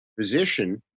physician